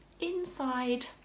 Inside